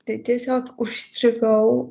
tai tiesiog užstrigau